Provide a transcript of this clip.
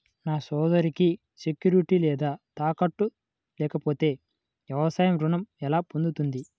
నా సోదరికి సెక్యూరిటీ లేదా తాకట్టు లేకపోతే వ్యవసాయ రుణం ఎలా పొందుతుంది?